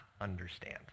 understand